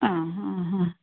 ആ ഹാ ഹാ